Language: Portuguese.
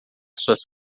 suas